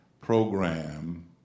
program